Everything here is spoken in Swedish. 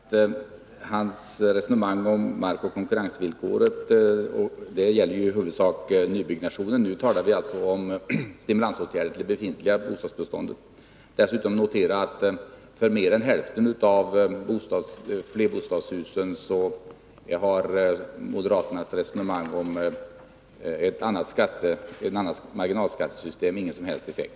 Herr talman! Får jag bara till Knut Billing säga att hans resonemang om markoch konkurrensvillkoren i huvudsak gäller nybyggnationen. Nu talar vi om stimulansåtgärder för det befintliga bostadsbeståndet. Dessutom vill jag notera att för mer än hälften av flerbostadshusen har moderaternas resonemang om ett annat marginalskattesystem ingen som helst effekt.